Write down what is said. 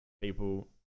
people